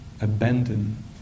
abandon